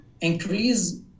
increase